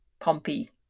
Pompey